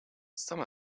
some